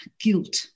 guilt